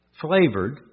flavored